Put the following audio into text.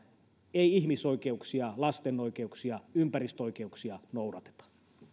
ei ihmisoikeuksia lasten oikeuksia ympäristöoikeuksia noudateta